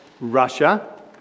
Russia